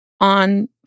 on